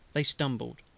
they stumbled,